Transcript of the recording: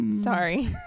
Sorry